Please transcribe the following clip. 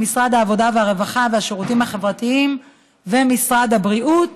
משרד העבודה והרווחה והשירותים החברתיים ומשרד הבריאות,